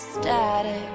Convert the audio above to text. static